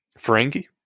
Ferengi